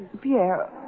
Pierre